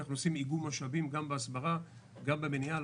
אנחנו עושים איגום משאבים גם בהסברה וגם במניעה.